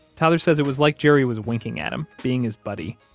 tyler said it was like jerry was winking at him, being his buddy.